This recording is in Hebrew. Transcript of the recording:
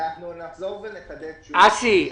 אנחנו נחזור ונחדד שוב --- אסי,